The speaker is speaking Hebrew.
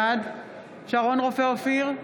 בעד שרון רופא אופיר,